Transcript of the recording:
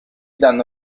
danno